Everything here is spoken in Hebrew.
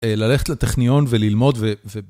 ללכת לטכניון וללמוד ו...